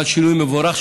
אבל שינוי מבורך,